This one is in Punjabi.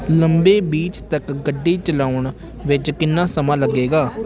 ਲੰਬੇ ਬੀਚ ਤੱਕ ਗੱਡੀ ਚਲਾਉਣ ਵਿੱਚ ਕਿੰਨਾ ਸਮਾਂ ਲੱਗੇਗਾ